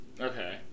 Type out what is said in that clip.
Okay